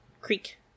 Creek